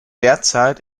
derzeit